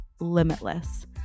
limitless